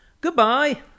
goodbye